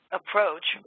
approach